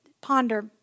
ponder